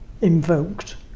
invoked